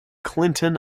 clinton